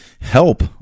help